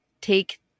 take